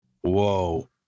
Whoa